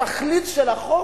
התכלית של החוק,